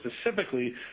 specifically